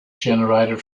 generated